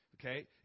okay